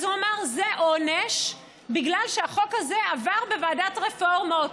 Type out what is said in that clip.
אז הוא אמר: זה עונש בגלל שהחוק הזה עבר בוועדת רפורמות.